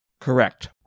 Correct